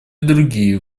другие